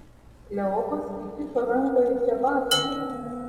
kleopas įkišo ranką į čebatą